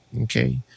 okay